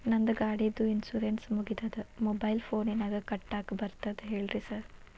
ನಂದ್ ಗಾಡಿದು ಇನ್ಶೂರೆನ್ಸ್ ಮುಗಿದದ ಮೊಬೈಲ್ ಫೋನಿನಾಗ್ ಕಟ್ಟಾಕ್ ಬರ್ತದ ಹೇಳ್ರಿ ಸಾರ್?